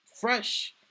fresh